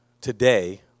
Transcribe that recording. today